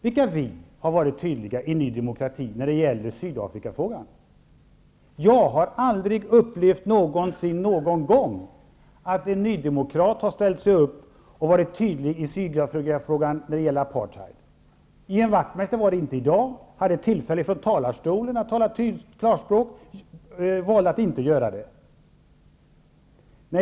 Vilka ''vi'' i Ny demokrati har varit tydliga när det gäller Sydafrikafrågan? Jag har aldrig någon gång varit med om att en nydemokrat ställt sig upp och varit tydlig i Sydafrikafrågan eller när det gällt apartheid. Ian Wachtmeister var det inte i dag. Han hade tillfälle att tala klarspråk från talarstolen men valde att inte göra det.